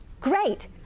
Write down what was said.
Great